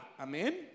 amen